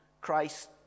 Christ